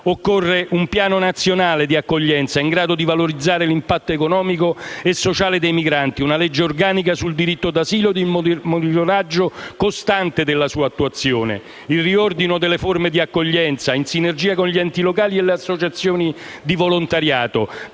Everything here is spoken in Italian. Occorrono un piano nazionale di accoglienza, in grado di valorizzare l'impatto economico e sociale dei migranti; una legge organica sul diritto d'asilo e un monitoraggio costante della sua attuazione; il riordino delle forme di accoglienza, in sinergia con gli enti locali e le associazioni di volontariato,